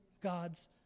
God's